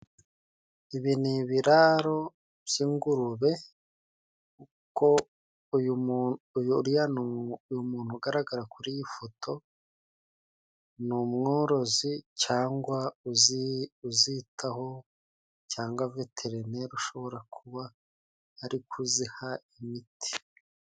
Ibi ni ibiraro by'ingurube, uko uyu muntu ugaragara kuri iyi foto, ni umworozi cyangwa uzitaho cyangwa veterineri ushobora kuba ari kuziha imiti.